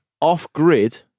off-grid